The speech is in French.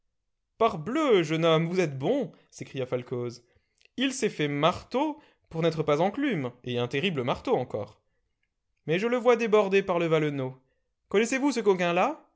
parbleu jeune homme vous êtes bon s'écria falcoz il s'est fait marteau pour n'être pas enclume et un terrible marteau encore mais je le vois débordé par le valenod connaissez-vous ce coquin-là